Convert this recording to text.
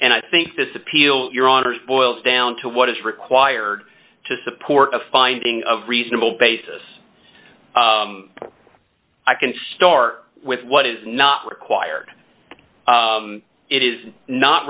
and i think this appeal your honor boils down to what is required to support a finding of reasonable basis i can start with what is not required it is not